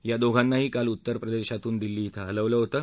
या दोघांनाही काल उत्तर प्रदेशातून दिल्ली इथं हलवलं होतं